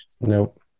Nope